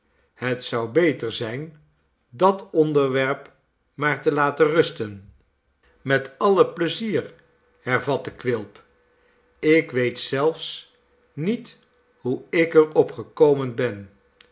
het zou beter zijn dat onderwerp maar te laten rusten met alle pleizier hervatte quilp ik weet zelfs niet hoe ik er op gekomen ben